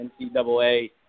NCAA